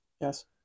Yes